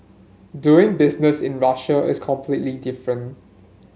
doing business in Russia is completely different